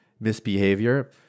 misbehavior